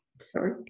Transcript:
sorry